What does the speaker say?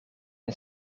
het